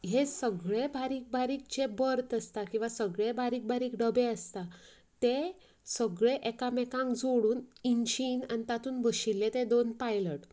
हे सगळें बारीक बारीक जे बर्थ आसात किंवां सगळें बारीक बारीक डबे आसता तें सगळें एका मेकाक जोडून इंजिन आनी तातूंत बशिल्ले ते दोन पायलट